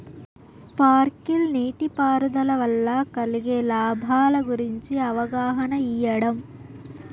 Sprinkle నీటిపారుదల వల్ల కలిగే లాభాల గురించి అవగాహన ఇయ్యడం?